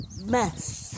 mess